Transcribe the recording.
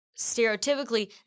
stereotypically